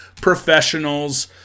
professionals